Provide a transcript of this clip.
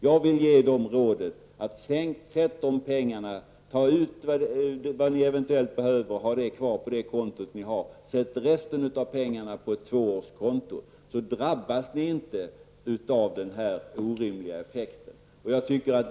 Jag vill ge dessa pensionärer detta råd: Behåll vad ni eventuellt behöver på samma konto och sätt in resten av pengarna på ett tvåårskonto, så drabbas ni inte av denna orimliga effekt.